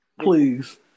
please